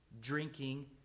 drinking